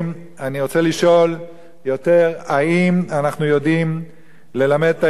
אני רוצה לשאול יותר האם אנחנו יודעים ללמד את הילדים את